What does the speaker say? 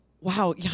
Wow